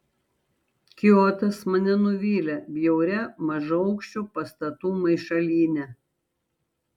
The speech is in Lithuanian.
kiotas mane nuvylė bjauria mažaaukščių pastatų maišalyne